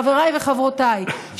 חבריי וחברותיי,